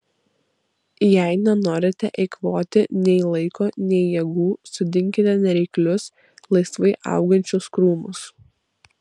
jei nenorite eikvoti nei laiko nei jėgų sodinkite nereiklius laisvai augančius krūmus